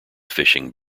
fishing